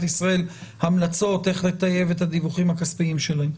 ישראל המלצות איך לטייב את הדיווחים הכספיים שלו.